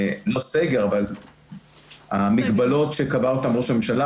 לא סגר, אבל המגבלות שקבע אותן ראש הממשלה.